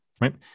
right